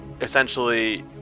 essentially